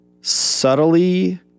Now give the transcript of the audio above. subtly